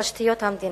בתשתיות המדינה.